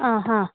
ആ ഹാ